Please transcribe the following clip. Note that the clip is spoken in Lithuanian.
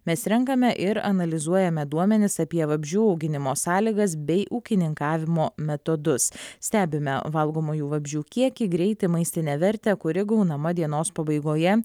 mes renkame ir analizuojame duomenis apie vabzdžių auginimo sąlygas bei ūkininkavimo metodus stebime valgomųjų vabzdžių kiekį greitį maistinę vertę kuri gaunama dienos pabaigoje